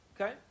okay